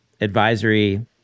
advisory